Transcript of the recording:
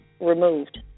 Removed